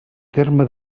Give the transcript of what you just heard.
terme